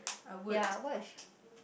ya what is she